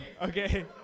Okay